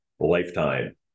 Lifetime